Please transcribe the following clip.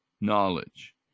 knowledge